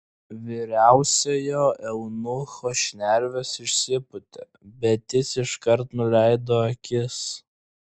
vyriausiojo eunucho šnervės išsipūtė bet jis iškart nuleido akis